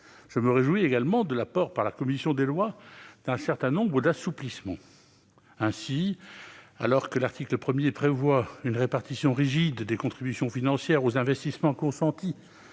Je me réjouis également de l'apport, par la commission des lois, d'un certain nombre d'assouplissements. Ainsi, alors que l'article 1 instaure une répartition rigide des contributions financières aux investissements consentis